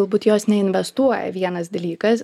galbūt jos neinvestuoja vienas dalykas